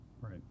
Right